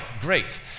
great